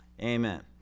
Amen